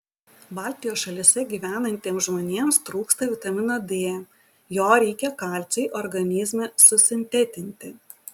baltijos šalyse gyvenantiems žmonėms trūksta vitamino d jo reikia kalciui organizme susintetinti